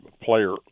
player